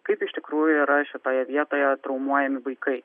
kaip iš tikrųjų yra šitoje vietoje traumuojami vaikai